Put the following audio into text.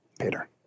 Peter